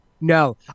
No